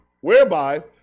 whereby